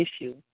issue